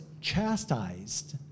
chastised